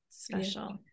Special